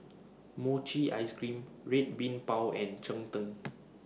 Mochi Ice Cream Red Bean Bao and Cheng Tng